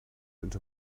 into